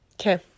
Okay